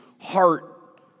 heart